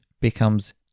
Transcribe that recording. becomes